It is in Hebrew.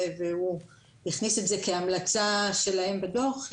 והוא הכניס את זה כהמלצה שלהם בדוח,